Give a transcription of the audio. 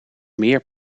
meer